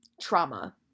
Trauma